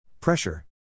Pressure